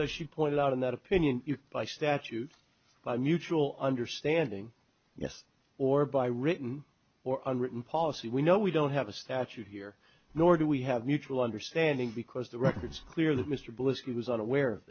she pointed out in that opinion by statute by mutual understanding yes or by written or unwritten policy we know we don't have a statute here nor do we have mutual understanding because the records clearly mr bliss he was unaware of